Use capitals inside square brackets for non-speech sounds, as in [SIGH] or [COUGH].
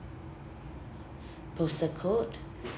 [BREATH] postal code